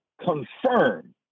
confirm